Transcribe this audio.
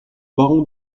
baron